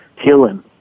healing